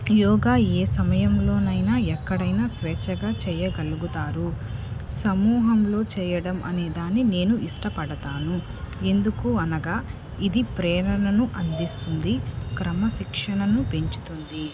యోగా ఏ సమయంలోనైనా ఎక్కడైనా స్వేచ్ఛగా చేయగలుగుతారు సమూహంలో చేయడం అనేదాన్ని నేను ఇష్టపడతాను ఎందుకు అనగా ఇది ప్రేరణను అందిస్తుంది క్రమశిక్షణను పెంచుతుంది